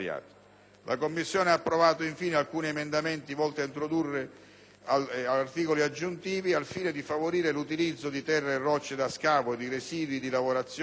La Commissione ha approvato, inoltre, alcuni emendamenti volti ad introdurre articoli aggiuntivi dopo l'articolo 8 al fine di favorire l'utilizzo di terre e rocce da scavo e di residui di lavorazione